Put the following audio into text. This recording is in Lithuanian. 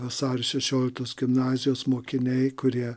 vasario šešioliktos gimnazijos mokiniai kurie